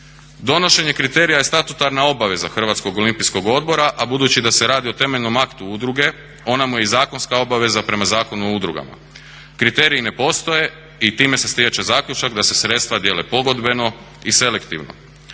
Donošenje kriterija je statutarna obaveza Hrvatskog olimpijskog odbora, a budući da se radi o temeljnom aktu udruge ona mu je i zakonska obaveza prema Zakonu o udrugama. Kriteriji ne postoje i time se stječe zaključak da se sredstva dijele pogodbeno i selektivno.